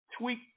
tweak